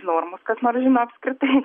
nu ar mus kas nors žino apskritai